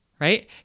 right